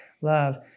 love